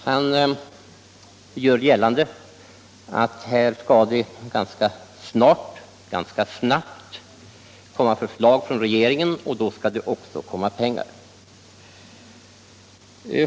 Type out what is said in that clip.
Han gör gällande att det ganska snabbt skall komma förslag från regeringen och då kommer också pengar.